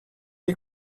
est